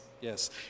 yes